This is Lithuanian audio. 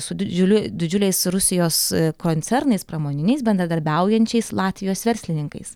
su didžiuliu didžiuliais rusijos koncernais pramoniniais bendradarbiaujančiais latvijos verslininkais